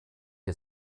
der